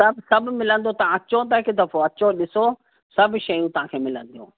सभु सभु मिलंदो तव्हां अचो त हिकु दफ़ो अचो ॾिसो सभु शयूं तव्हांखे मिलंदियूं